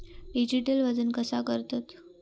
Digital वजन कसा करतत?